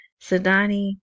Sadani